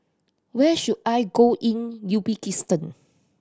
where should I go in Uzbekistan